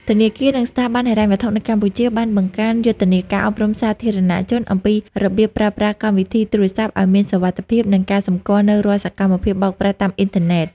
ធនាគារ និងស្ថាប័នហិរញ្ញវត្ថុនៅកម្ពុជាបានបង្កើនយុទ្ធនាការអប់រំសាធារណជនអំពីរបៀបប្រើប្រាស់កម្មវិធីទូរស័ព្ទឱ្យមានសុវត្ថិភាព និងការសម្គាល់នូវរាល់សកម្មភាពបោកប្រាស់តាមអ៊ីនធឺណិត។